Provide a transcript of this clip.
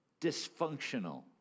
dysfunctional